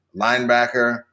linebacker